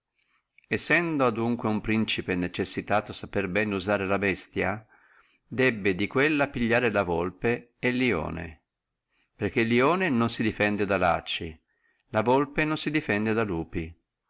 sendo adunque uno principe necessitato sapere bene usare la bestia debbe di quelle pigliare la golpe e il lione perché il lione non si defende da lacci la golpe non si difende da lupi